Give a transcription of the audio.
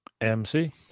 MC